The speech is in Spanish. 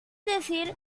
decir